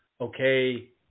okay